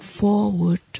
Forward